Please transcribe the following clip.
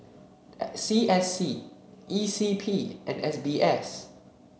C S C E C P and S B S